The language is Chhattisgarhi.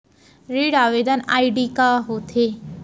ऋण आवेदन आई.डी का होत हे?